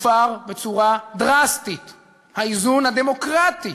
הופר בצורה דרסטית האיזון הדמוקרטי